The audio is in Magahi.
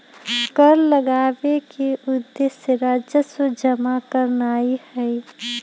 कर लगाबेके उद्देश्य राजस्व जमा करनाइ हइ